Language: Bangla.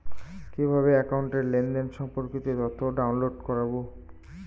কিভাবে একাউন্টের লেনদেন সম্পর্কিত তথ্য ডাউনলোড করবো?